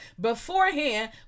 beforehand